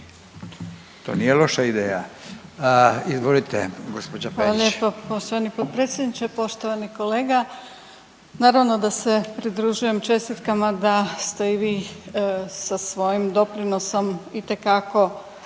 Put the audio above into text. To nije loša ideja. Izvolite gđa. Perić.